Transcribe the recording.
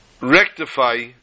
rectify